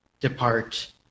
depart